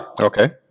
Okay